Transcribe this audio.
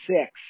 six